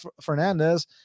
Fernandez